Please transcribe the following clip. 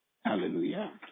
Hallelujah